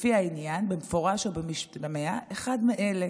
לפי העניין, במפורש או במשתמע, אחד מאלה,